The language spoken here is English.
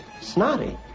Snotty